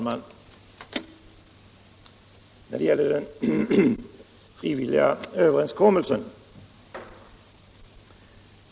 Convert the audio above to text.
Herr talman!